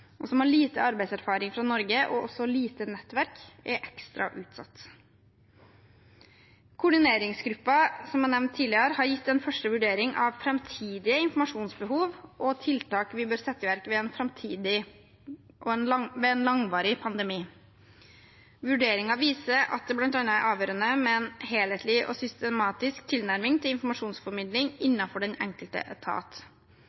lite arbeidserfaring fra Norge og et lite nettverk, er ekstra utsatt. Koordineringsgruppen som jeg nevnte tidligere, har gitt sin første vurdering av framtidige informasjonsbehov og tiltak vi bør sette i verk ved en framtidig og langvarig pandemi. Vurderingen viser at det bl.a. er avgjørende med en helhetlig og systematisk tilnærming til informasjonsformidling